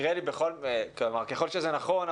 ככל שזה נכון,